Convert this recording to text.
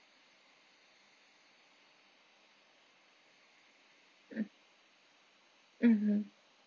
mm mmhmm